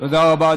אני כאן,